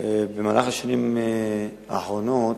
בשנים האחרונות,